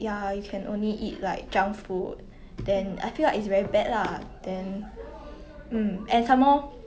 ya oh my god ya